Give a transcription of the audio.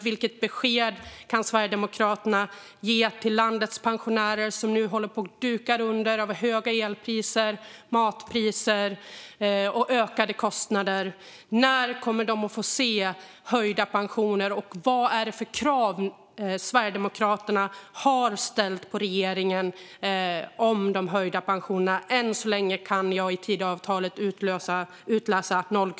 Vilket besked kan Sverigedemokraterna ge landets pensionärer som nu håller på att duka under av höga elpriser och matpriser och ökade kostnader? När kommer de att få se höjda pensioner? Och vilka krav har Sverigedemokraterna ställt på regeringen i fråga om de höjda pensionerna? Än så länge kan jag utläsa noll kronor i Tidöavtalet.